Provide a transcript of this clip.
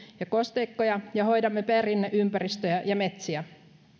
ja kosteikkoja ja hoidamme perinneympäristöjä ja metsiä